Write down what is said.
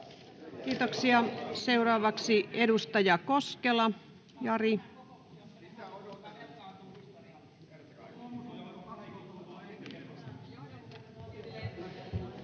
Kiitoksia. — Seuraavaksi edustaja Koskela, Jari. [Speech